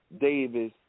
Davis